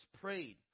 prayed